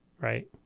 right